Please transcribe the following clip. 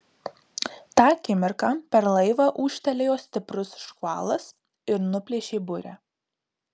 tą akimirką per laivą ūžtelėjo stiprus škvalas ir nuplėšė burę